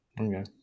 Okay